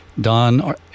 Don